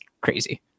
crazy